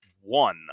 one